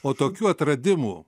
o tokių atradimų